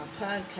podcast